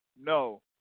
No